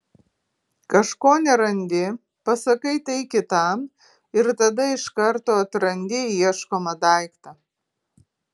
kažko nerandi pasakai tai kitam ir tada iš karto atrandi ieškomą daiktą